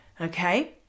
Okay